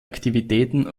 aktivitäten